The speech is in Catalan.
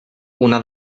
una